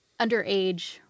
underage